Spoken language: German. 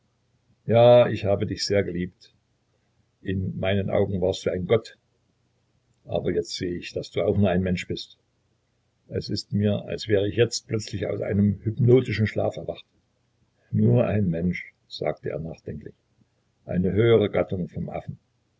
ja ich habe dich sehr geliebt in meinen augen warst du ein gott aber jetzt seh ich daß du auch nur ein mensch bist es ist mir als wär ich jetzt plötzlich aus einem hypnotischen schlaf erwacht nur ein mensch sagte er nachdenklich eine höhere gattung vom affen